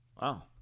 Wow